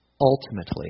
Ultimately